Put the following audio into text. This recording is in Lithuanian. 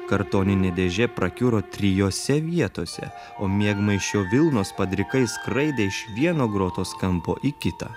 kartoninė dėžė prakiuro trijose vietose o miegmaišio vilnos padrikai skraidė iš vieno grotos kampo į kitą